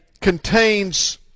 contains